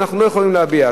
אנחנו לא יכולים להביע.